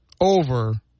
over